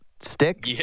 Stick